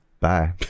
Bye